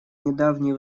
недавние